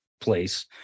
place